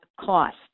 cost